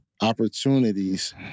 opportunities